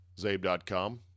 zabe.com